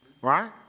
right